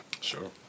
sure